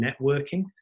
networking